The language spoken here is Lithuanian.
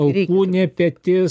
alkūnė petys